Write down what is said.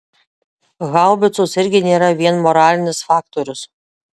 haubicos irgi nėra vien moralinis faktorius